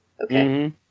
Okay